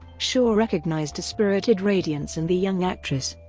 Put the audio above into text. shaw recognised a spirited radiance in the young actress,